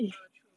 ah true